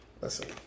Listen